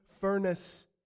furnace